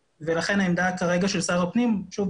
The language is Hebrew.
ולכן כרגע העמדה של שר הפנים שוב,